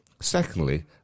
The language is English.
Secondly